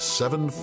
seven